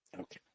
Okay